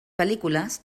pel·lícules